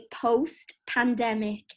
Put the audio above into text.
post-pandemic